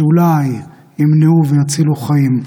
שאולי ימנעו ויצילו חיים.